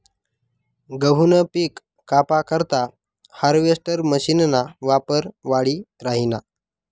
गहूनं पिक कापा करता हार्वेस्टर मशीनना वापर वाढी राहिना